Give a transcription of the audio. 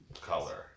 color